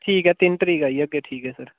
ठीक ऐ तिन तरीक आई जाह्गे ठीक ऐ सर